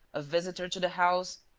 a visitor to the house.